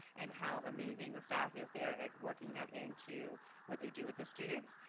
and how amazing the staff is there at working that into what they do with the students.